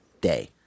day